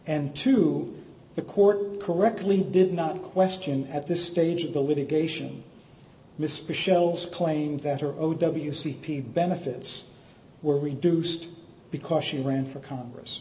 and to the court correctly did not question at this stage of the litigation mr shells claimed that her o w c p benefits were reduced because she ran for congress